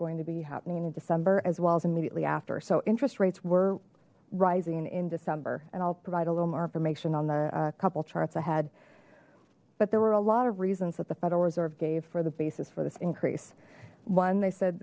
going to be happening in december as well as immediately after so interest rates were rising in december and i'll provide a little more information on the couple charts ahead but there were a lot of reasons that the federal reserve gave for the basis for this increase one they said